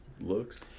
looks